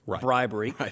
bribery